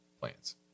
plans